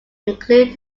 include